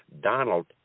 Donald